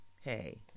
hey